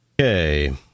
Okay